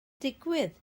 digwydd